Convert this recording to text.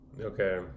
Okay